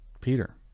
Peter